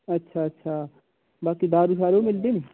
अच्छा अच्छा मतलब दारू बी मिलदी नी